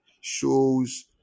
shows